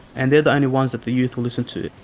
and they're the only ones that the youth will listen to.